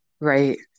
Right